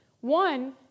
One